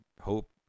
hope